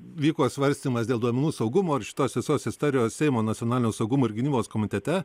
vyko svarstymas dėl duomenų saugumo ir šitos visos istorijos seimo nacionalinio saugumo ir gynybos komitete